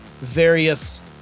various